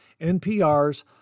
NPR's